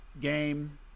game